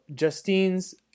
Justine's